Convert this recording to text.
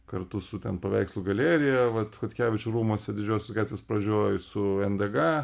kartu su ten paveikslų galerija vat chodkevičių rūmuose didžiosios gatvės pradžioj su ndg